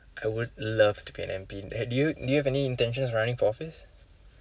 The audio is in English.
I would love to be an M_P ha~ do you do you have any intentions running for office